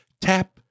tap